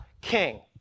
King